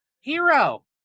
hero